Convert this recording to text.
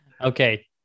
okay